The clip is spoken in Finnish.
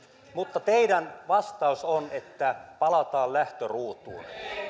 mutta teidän vastauksenne on että palataan lähtöruutuun